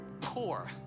poor